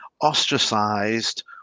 ostracized